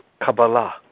Kabbalah